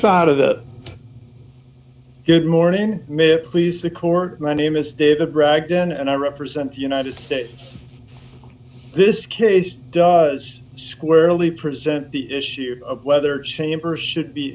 spot of the good morning mr please the court my name is david bragdon and i represent the united states this case does squarely present the issue of whether chambers should be